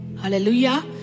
Hallelujah